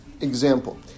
example